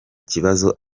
kibazo